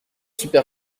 super